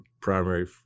primary